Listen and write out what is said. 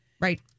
right